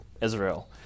Israel